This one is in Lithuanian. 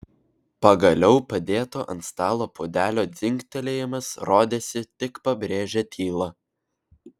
pagaliau padėto ant stalo puodelio dzingtelėjimas rodėsi tik pabrėžė tylą